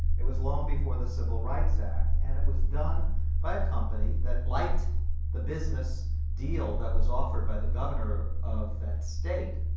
it was long before the civil rights act and it was done by a company that liked the business deal that was offered by the governor of that state,